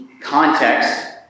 context